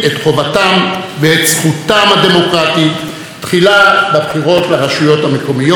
תחילה בבחירות לרשויות המקומיות ואחר כך בבחירות לכנסת.